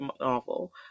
novel